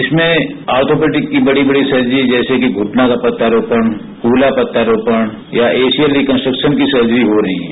इसमें आर्थापेडिक की बड़ी बड़ी सर्जरी जैसे घृटना प्रत्यारोपण कृत्हा प्रत्यारोपण या एसियल रिकन्ट्रक्शन की सर्जर हो रही है